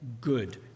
good